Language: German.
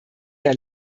der